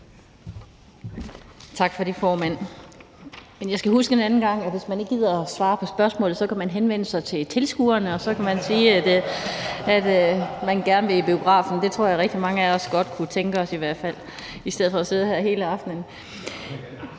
Tak for det, formand. Jeg skal huske en anden gang, at hvis man ikke gider svare på spørgsmålet, kan man henvende sig til tilskuerne, og så kan man sige, at man gerne vil i biografen. Det tror jeg i hvert fald at rigtig mange af os godt kunne tænke os i stedet for at sidde her hele aftenen.